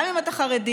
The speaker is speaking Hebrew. גם אתה חרדי,